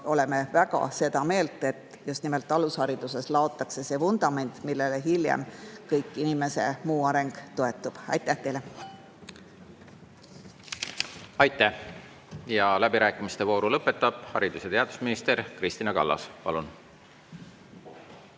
oleme väga seda meelt, et just nimelt alushariduses laotakse vundament, millele hiljem kogu inimese muu areng toetub. Aitäh teile! Aitäh! Ja läbirääkimiste vooru lõpetab haridus‑ ja teadusminister Kristina Kallas. Palun!